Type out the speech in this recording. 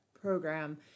program